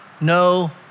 no